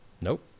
Nope